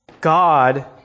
God